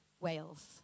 Wales